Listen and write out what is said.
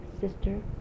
Sister